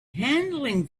handling